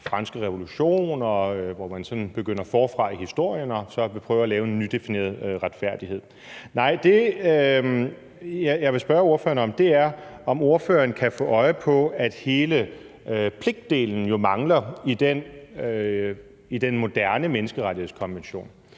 franske revolution, hvor man sådan begynder forfra i historien og vil prøve at lave en nydefineret retfærdighed. Det, jeg vil spørge ordføreren om, er, om ordføreren kan få øje på, at hele pligtdelen jo mangler i den moderne menneskerettighedskonvention.